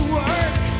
work